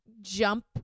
jump